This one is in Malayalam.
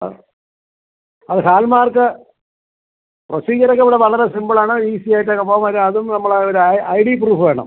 ആ അത് ഹാൾമാർക്ക് പ്രൊസീജിയർ ഒക്കെ ഇവിടെ വളരെ സിംപിള് ആണ് ഈസിയായിട്ട് ഒക്കെ പോവും അത് അതും നമ്മളെ ഒരു ഐ ഡി പ്രൂഫ് വേണം